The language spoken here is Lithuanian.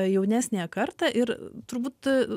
jaunesniąją kartą ir turbūt